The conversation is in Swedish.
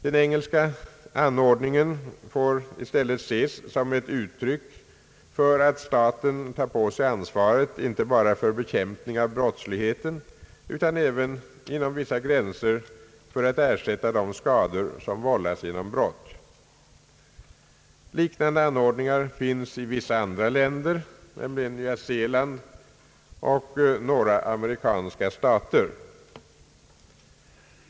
Den engelska ordningen får i stället ses som ett uttryck för att staten tar på sig ansvaret inte bara för bekämpning av brottsligheten utan även inom vissa gränser för att ersätta de skador som vållas genom brott. Liknande anordningar finns i vissa andra länder, nämligen Nya Zeeland och vissa amerikanska stater.